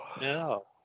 No